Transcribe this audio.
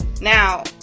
Now